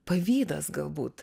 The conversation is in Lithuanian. pavydas galbūt